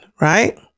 right